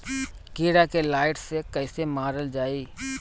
कीड़ा के लाइट से कैसे मारल जाई?